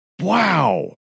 Wow